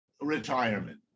retirement